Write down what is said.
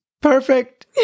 perfect